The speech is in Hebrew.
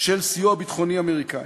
של סיוע ביטחוני אמריקני.